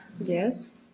Yes